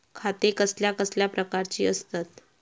खाते कसल्या कसल्या प्रकारची असतत?